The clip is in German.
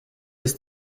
ist